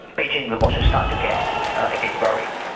beijing but also starts to get a bit worried.